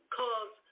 cause